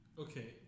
Okay